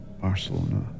Barcelona